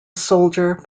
soldier